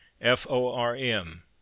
F-O-R-M